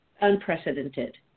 unprecedented